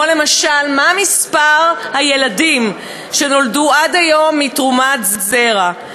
למשל מה מספר הילדים שנולדו עד היום מתרומת זרע,